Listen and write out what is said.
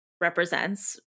represents